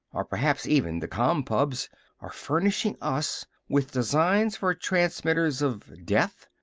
or perhaps even the compubs are furnishing us with designs for transmitters of death,